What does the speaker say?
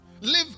live